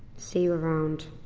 see you around.